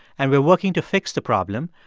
and we're working to fix the problem.